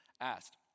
asked